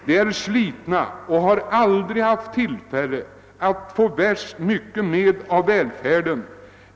De är slitna, har aldrig haft tillfälle att få värst mycket med av välfärden.